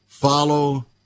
Follow